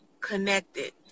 connected